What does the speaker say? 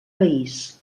país